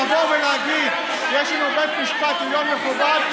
לבוא ולהגיד: יש לנו בית משפט עליון מכובד,